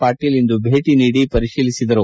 ಪಾಟೀಲ್ ಇಂದು ಭೇಟಿ ನೀಡಿ ಪರಿಶೀಲಿಸಿದರು